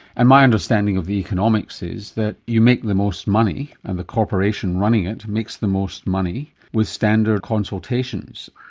and my understanding of the economics is that you make the most money, and the corporation running it makes the most money, with standard consultations.